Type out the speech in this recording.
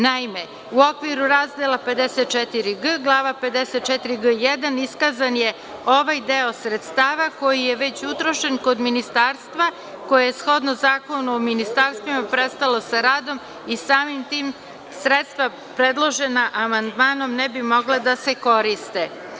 Naime, u okviru razdela 54g, glava 54g1 iskazan je ovaj deo sredstava koji je već utrošen kod ministarstva, koje shodno Zakonu o ministarstvima prestalo sa radom i samim tim sredstva predložena amandmanom ne bi mogla da se koriste.